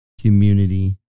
community